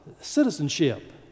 citizenship